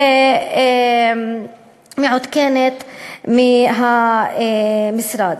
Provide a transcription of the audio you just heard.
ומעודכנת מהמשרד.